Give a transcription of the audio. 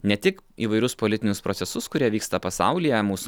ne tik įvairius politinius procesus kurie vyksta pasaulyje mūsų